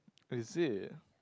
is it